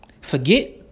Forget